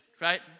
right